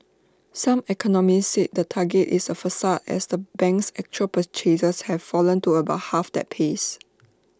some economists said the target is A facade as the bank's actual purchases have fallen to about half that pace